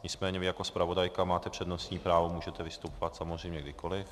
Nicméně vy jako zpravodajka máte přednostní právo, můžete vystupovat samozřejmě kdykoli.